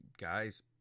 guys